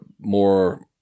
more